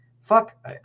fuck